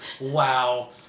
wow